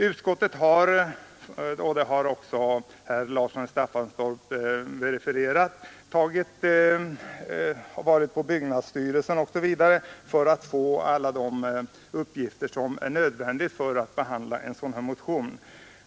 Utskottet har — vilket också herr Larsson i Staffanstorp har verifierat — bl.a. varit på byggnadsstyrelsen för att få alla de uppgifter som är nödvändiga för att behandla en sådan här motion.